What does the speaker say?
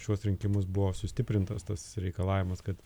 šiuos rinkimus buvo sustiprintas tas reikalavimas kad